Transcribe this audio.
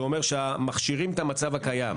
זה אומר שמכשירים את המצב הקיים.